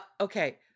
Okay